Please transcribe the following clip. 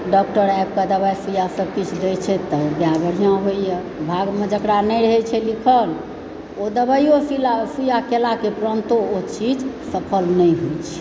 doctor आबिकऽ दवाइ सुइयाँ सब किछु दै छै तऽ गाय बढ़िआँ होइया भागमे जेकरा नहि रहए छै लिखल तऽ ओ दवाइयो सुइया केलाक उपरान्तो ओ चीज सफल नहि होइ छै